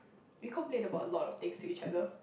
we complain about a lot of things to each other